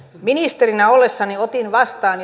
ministerinä ollessani otin vastaan